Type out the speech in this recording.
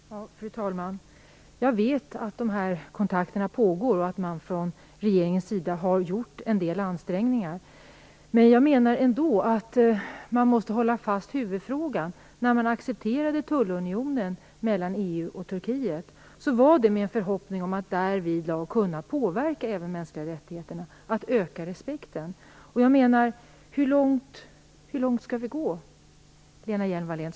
Fru talman! Jag vet att dessa kontakter pågår och att man från regeringens sida har gjort en del ansträngningar. Men jag menar ändå att man måste hålla fast vid huvudfrågan. När man accepterade tullunionen mellan EU och Turkiet var det med förhoppningen att därmed kunna påverka även de mänskliga rättigheterna och att öka respekten. Hur långt skall vi gå, Lena Hjelm-Wallén?